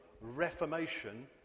reformation